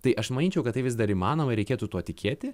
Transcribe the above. tai aš manyčiau kad tai vis dar įmanoma reikėtų tuo tikėti